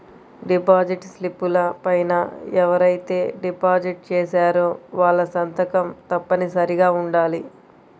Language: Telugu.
డిపాజిట్ స్లిపుల పైన ఎవరైతే డిపాజిట్ చేశారో వాళ్ళ సంతకం తప్పనిసరిగా ఉండాలి